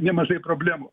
nemažai problemų